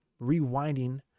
rewinding